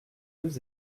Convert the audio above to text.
deux